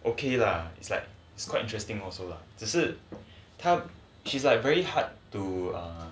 okay lah it's like it's quite interesting also 只是他 she's like very hard to um